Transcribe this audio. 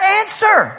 answer